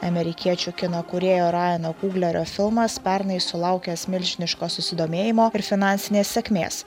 amerikiečių kino kūrėjo rajano kuglerio filmas pernai sulaukęs milžiniško susidomėjimo ir finansinės sėkmės